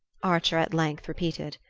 archer at length repeated.